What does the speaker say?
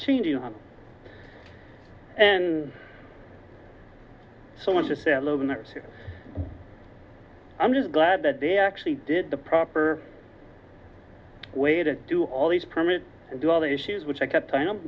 changing and so much lower than theirs i'm just glad that they actually did the proper way to do all these permits and do all the issues which i kept telling them